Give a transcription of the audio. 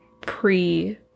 pre